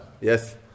Yes